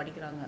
padikuraanga